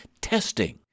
testing